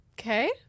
Okay